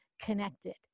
connected